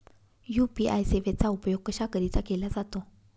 UPI सेवेचा उपयोग कशाकरीता केला जातो?